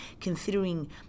considering